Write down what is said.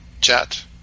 chat